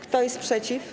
Kto jest przeciw?